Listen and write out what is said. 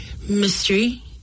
Mystery